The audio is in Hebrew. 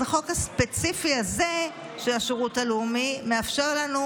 אז החוק הספציפי הזה של השירות הלאומי מאפשר לנו